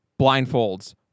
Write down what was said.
blindfolds